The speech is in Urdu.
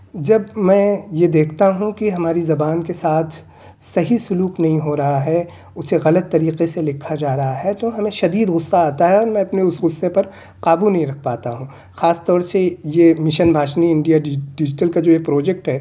جب میں یہ دیکھتا ہوں کہ ہماری زبان کے ساتھ صحیح سلوک نہیں ہو رہا ہے اسے غلط طریقے سے لکھا جا رہا ہے تو ہمیں شدید غصّہ آتا ہے اور میں اپنے اس غصّے پر قابو نہیں رکھ پاتا ہوں خاص طور سے یہ مشن بھاشنی انڈیا ڈیجٹل کا جو یہ پروجیکٹ ہے